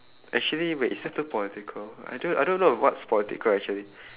actually wait is that too political I don't I don't know what's political actually